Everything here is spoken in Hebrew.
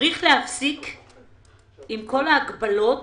צריך להפסיק עם כל ההגבלות